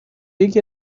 یکی